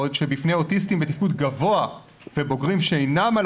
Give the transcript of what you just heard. בעוד שבפני אוטיסטים בתפקוד גבוה ובוגרים שאינם על